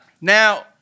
now